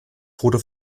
foto